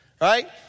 right